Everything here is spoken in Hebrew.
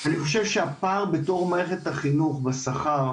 אני חושב שהפער בתוך מערכת החינוך בשכר,